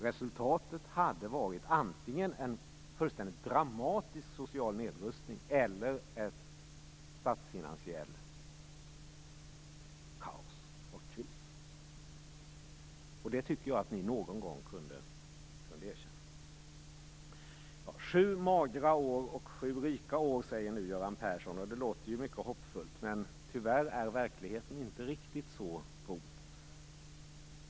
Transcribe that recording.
Resultatet hade varit antingen en fullständigt dramatisk social nedrustning eller ett statsfinansiellt kaos och en kris. Det tycker jag att ni någon gång kunde erkänna. Sju magra år och sju rika år, säger Göran Persson, och det låter mycket hoppfullt. Tyvärr är verkligheten inte riktigt så god.